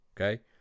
okay